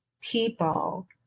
people